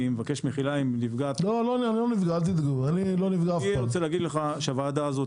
אני רוצה להגיד לך שהוועדה הזו